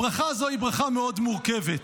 הברכה הזו היא ברכה מאוד מורכבת,